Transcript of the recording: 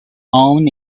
own